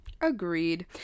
Agreed